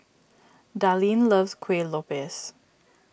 Darlene loves Kuih Lopes